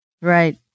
Right